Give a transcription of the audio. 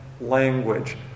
language